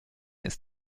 ist